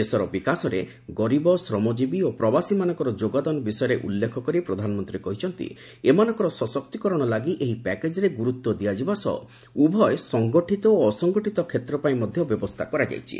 ଦେଶର ବିକାଶରେ ଗରିବ ଶ୍ରମଜୀବୀ ଓ ପ୍ରବାସୀମାନଙ୍କର ଯୋଗଦାନ ବିଷୟରେ ଉଲ୍ଲ୍ରେଖ କରି ପ୍ରଧାନମନ୍ତ୍ରୀ କହିଛନ୍ତି ଏମାନଙ୍କର ସଶକ୍ତିକରଣ ଲାଗି ଏହି ପ୍ୟାକେକ୍ରେ ଗୁରୁତ୍ୱ ଦିଆଯିବା ସହ ଉଭୟ ସଂଗଠିତ ଓ ଅସଂଗଠିତ କ୍ଷେତ୍ର ପାଇଁ ମଧ୍ୟ ବ୍ୟବସ୍ଥା କରାଯାଇଛି